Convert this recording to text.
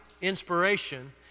inspiration